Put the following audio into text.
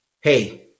Hey